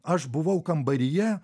aš buvau kambaryje